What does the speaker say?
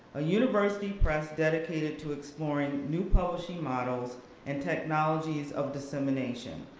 a university press dedicated to exploring new publishing models and technologies of dissemination.